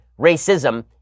racism